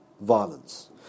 violence